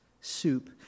soup